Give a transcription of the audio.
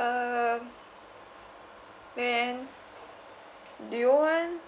uh and do you want